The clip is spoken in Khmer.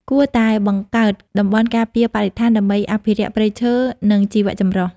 គួរតែបង្កើតតំបន់ការពារបរិស្ថានដើម្បីអភិរក្សព្រៃឈើ និងជីវៈចម្រុះ។